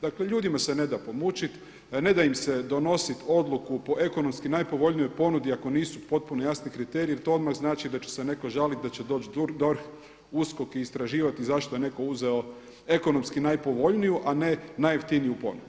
Dakle, ljudima se ne da pomučit, ne da im se donosit odluku po ekonomski najpovoljnijoj ponudi ako nisu potpuno jasni kriteriji jer to odmah znači da će se netko žaliti, da će doći DORH, USKOK i istraživati zašto je netko uzeo ekonomski najpovoljniju a ne najjeftiniju ponudu.